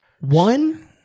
One